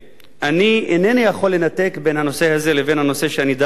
אינני יכול לנתק את הנושא הזה מן הנושא שאני דן בו היום,